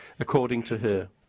according to her.